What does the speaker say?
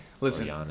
Listen